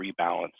rebalance